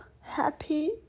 happy